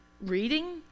reading